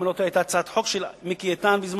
אם אני לא טועה היתה הצעת חוק של מיקי איתן בזמנו,